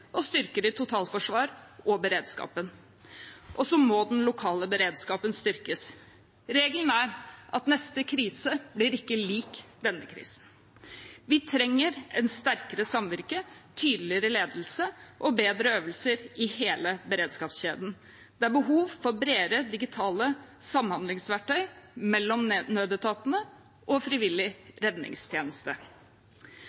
og styrker i totalforsvaret og beredskapen. Den lokale beredskapen må styrkes. Regelen er at neste krise ikke blir lik denne krisen. Vi trenger et sterkere samvirke, tydeligere ledelse og bedre øvelser i hele beredskapskjeden. Det er behov for bredere digitale samhandlingsverktøy mellom nødetatene og frivillig